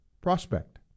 prospect